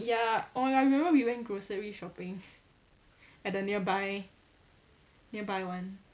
ya oh my god I remember we went grocery shopping at the nearby nearby [one]